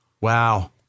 Wow